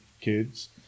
kids